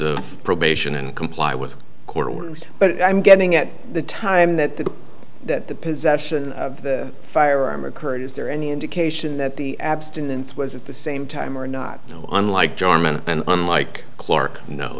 of probation and comply with a court order but i'm getting at the time that the that the possession of the firearm occurred is there any indication that the abstinence was at the same time or not unlike jarman and unlike clark no